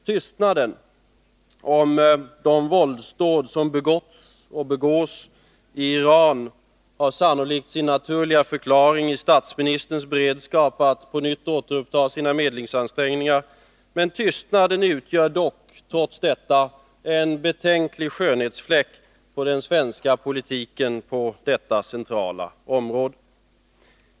Tystnaden om de våldsdåd som har begåtts och begås i Iran har sannolikt sin naturliga förklaring i statsministerns beredskap att på nytt uppta sina medlingsansträngningar, men tystnaden utgör dock en betänklig skönhetsfläck på den svenska politiken på detta centrala område.